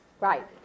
Right